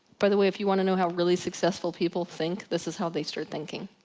by the way if you wanna know how really successful people think, this is how they start thinking,